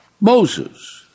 Moses